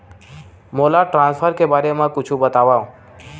मोला ट्रान्सफर के बारे मा कुछु बतावव?